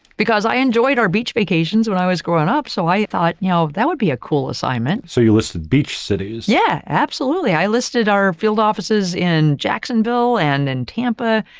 because i enjoyed our beach vacations when i was growing up. so, i thought, you know, that would be a cool assignment. so you listed beach cities. yeah, absolutely. i listed our field offices in jacksonville, and then tampa,